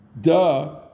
duh